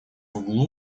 углу